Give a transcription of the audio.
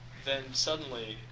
then suddenly,